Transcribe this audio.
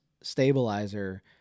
stabilizer